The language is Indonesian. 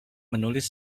menulis